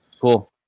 Cool